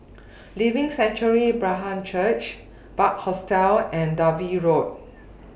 Living Sanctuary Brethren Church Bunc Hostel and Dalvey Road